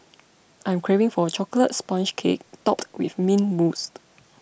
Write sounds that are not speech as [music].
I am craving for a Chocolate Sponge Cake Topped with Mint Mousse [noise]